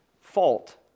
fault